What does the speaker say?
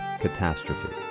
catastrophe